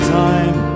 time